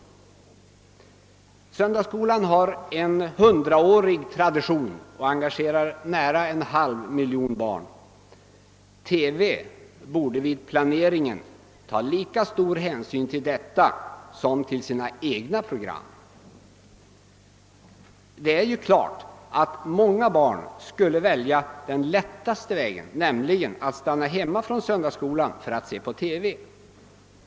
Söndagsskolan har en hundraårig tradition och engagerar nära en halv miljon barn. TV borde vid planeringen ta lika stor hänsyn till detta som till sina egna program. Det är klart att många barn skulle välja den lättaste vägen, nämligen att stanna hemma från söndagsskolan för att se på TV.